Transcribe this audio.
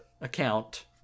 account